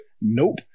nope